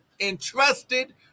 entrusted